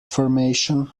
formation